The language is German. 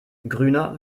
grüner